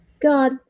God